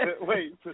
Wait